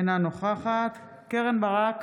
אינה נוכחת קרן ברק,